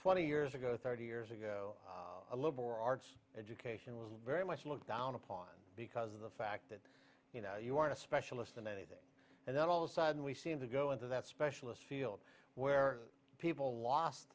twenty years ago thirty years ago a liberal arts education was very much looked down upon because of the fact that you aren't a specialist in anything and then all of a sudden we seem to go into that specialised field where people lost